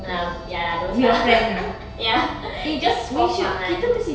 ah ya lah those lah ya just for fun